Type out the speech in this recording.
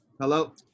Hello